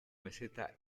meseta